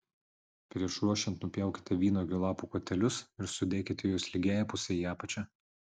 prieš ruošiant nupjaukite vynuogių lapų kotelius ir sudėkite juos lygiąja puse į apačią